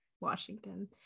Washington